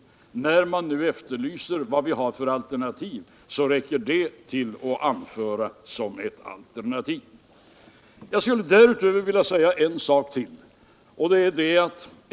När man nu efterlyser vad vi har för alternativ räcker det att anföra som ett sådant: Avstå från budgetförsämringen. Jag skulle därutöver vilja säga en sak till.